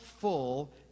full